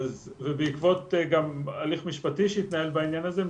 ובעקבות גם הליך משפטי שהתנהל בעניין הזה,